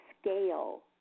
scale